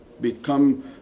become